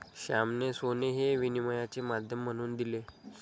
श्यामाने सोने हे विनिमयाचे माध्यम म्हणून दिले